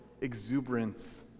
exuberance